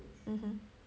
(uh huh)